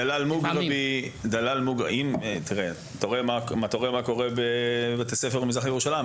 אתה רואה מה קורה בבתי ספר במזרח ירושלים.